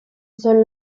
son